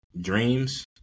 dreams